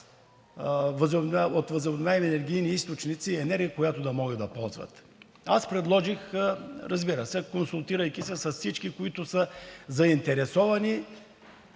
от възобновяеми енергийни източници енергия, която да могат да ползват. Аз предложих – разбира се, консултирайки се с всички, които са заинтересовани